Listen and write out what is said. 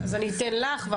אז אני אתן לך,